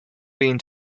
been